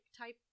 type